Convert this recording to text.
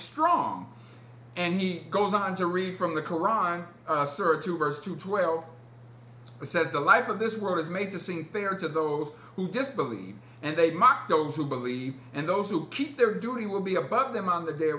strong and he goes on to read from the koran to twelve i said the life of this world is made to seem fair to those who just believe and they mock those who believe and those who keep their doing will be above them on the day